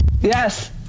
Yes